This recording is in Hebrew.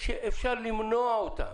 שאפשר למנוע אותן.